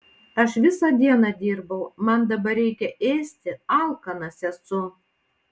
aš visą dieną dirbau man dabar reikia ėsti alkanas esu